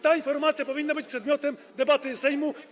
Ta informacja powinna być przedmiotem debaty Sejmu.